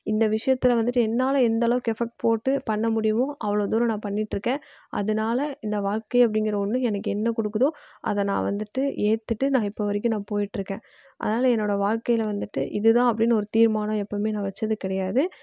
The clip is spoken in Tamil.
இந்த விஷயத்துல வந்துட்டு என்னால் எந்த அளவுக்கு எஃபெக்ட் போட்டு பண்ண முடியுமோ அவ்வளோ தூரம் நான் பண்ணிட்டிருக்கேன் அதனால் இந்த வாழ்க்கை அப்படிங்கிற ஒன்று எனக்கு என்ன கொடுக்குதோ அதை நான் வந்துட்டு ஏற்றுட்டு நான் இப்போது வரைக்கும் நான் போயிட்டிருக்கேன் அதனால் என்னோடய வாழ்க்கையில் வந்துட்டு இதுதான் அப்படீன்னு ஒரு தீர்மானம் எப்போதுமே நான் வச்சது கிடையாது